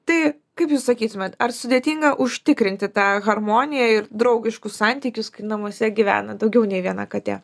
tai kaip jūs sakytumėt ar sudėtinga užtikrinti tą harmoniją ir draugiškus santykius kai namuose gyvena daugiau nei viena katė